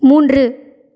மூன்று